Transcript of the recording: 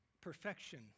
perfection